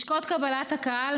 לשכות קבלת הקהל,